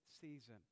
season